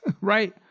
Right